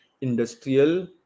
industrial